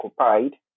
occupied